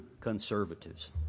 conservatives